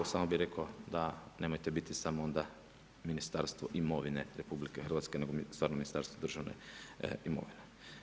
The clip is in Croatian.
Samo bih rekao, nemojte biti samo Ministarstvo imovine RH, nego stvarno Ministarstvo državne imovine.